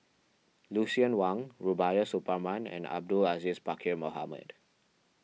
Lucien Wang Rubiah Suparman and Abdul Aziz Pakkeer Mohamed